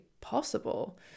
possible